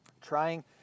trying